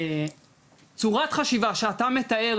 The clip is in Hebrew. וצורת החשיבה שאתה מתאר,